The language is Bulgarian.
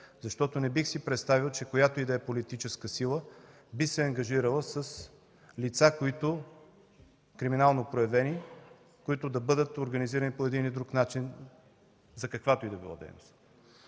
начин. Не бих си представял, че която и да е политическа сила би се ангажирала с криминално проявени лица, които да бъдат организирани по един или друг начин за каквато и да е дейност.